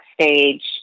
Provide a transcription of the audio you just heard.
stage